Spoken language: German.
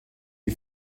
die